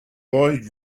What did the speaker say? wide